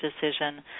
decision